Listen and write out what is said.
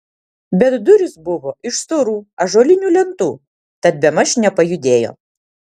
bet durys buvo iš storų ąžuolinių lentų tad bemaž nepajudėjo